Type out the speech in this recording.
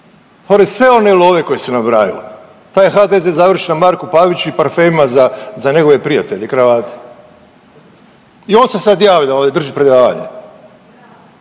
Pored sve one love koju si nabrajao, taj HDZ završi na Marku Paviću i parfemima za njegove prijatelje i kravate. I on se sad javlja ovdje i drži predavanja,